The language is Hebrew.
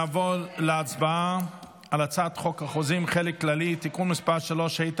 נעבור להצבעה על הצעת חוק החוזים (חלק כללי) (תיקון מס' 3),